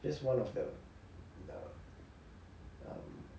just one of the err um